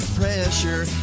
pressure